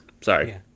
Sorry